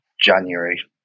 January